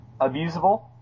abusable